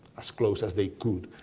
as close as they could.